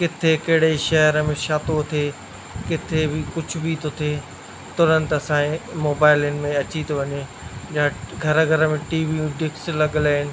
किथे कहिड़े शहर में छा थो थिए किथे कुझु बि थो थिए तुरंत असांजे मोबाइलुनि में अची थो वञे जा घर घर में टीवियूं डिक्स लॻल आहिनि